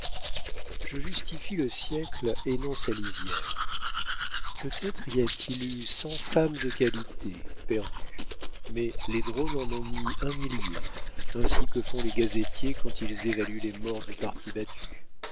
je justifie le siècle et non sa lisière peut-être y a-t-il eu cent femmes de qualité perdues mais les drôles en ont mis un millier ainsi que font les gazetiers quand ils évaluent les morts du parti battu